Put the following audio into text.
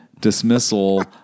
dismissal